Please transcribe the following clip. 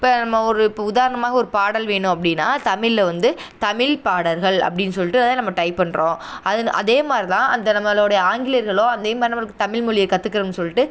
இப்போ நம்ம ஒரு இப்போ உதாரணமாக ஒரு பாடல் வேணும் அப்படின்னா தமிழில் வந்து தமிழ் பாடல்கள் அப்படின்னு சொல்லிட்டு தான் நம்ம டைப் பண்ணுறோம் அதில் அதேமாதிரி தான் அந்த நம்மளோடைய ஆங்கிலேயர்களும் அதேமாதிரி நம்மளுக்கு தமிழ் மொழிய கற்றுக்கணும்னு சொல்லிட்டு